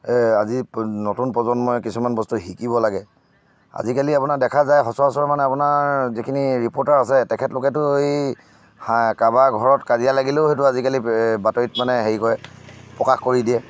আজিৰ নতুন প্ৰজন্মই কিছুমান বস্তু শিকিব লাগে আজিকালি আপোনাৰ দেখা যায় সচৰাচৰ মানে আপোনাৰ যিখিনি ৰিপৰ্টাৰ আছে তেখেতলোকেতো এই হাই কাৰোবাৰ ঘৰত কাজিয়া লাগিলেও সেইটো আজিকালি বাতৰিত মানে হেৰি কৰে প্ৰকাশ কৰি দিয়ে